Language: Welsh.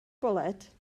bwled